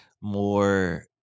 more